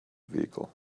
vehicle